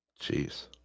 Jeez